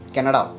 Canada